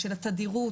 התדירות